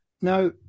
now